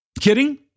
kidding